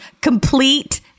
complete